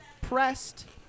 pressed